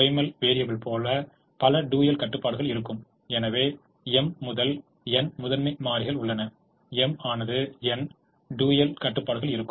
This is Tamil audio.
ப்ரிமல் வேரீயபிலை போல பல டூயல் கட்டுப்பாடுகள் இருக்கும் எனவே m முதல் n முதன்மை மாறிகள் உள்ளன m ஆனது n டூயல் கட்டுப்பாடுகள் இருக்கும்